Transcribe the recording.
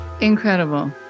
Incredible